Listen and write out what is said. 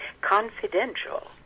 Confidential